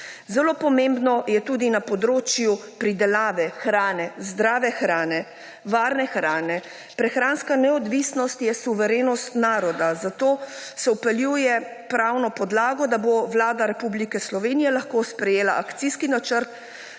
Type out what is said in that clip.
Zelo pomembno je tudi na področju pridelave hrane, zdrave hrane, varne hrane. Prehranska neodvisnost je suverenost naroda, zato se vpeljuje pravna podlaga, da bo Vlada Republike Slovenije lahko sprejela akcijski načrt